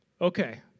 Okay